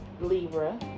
Libra